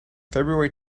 february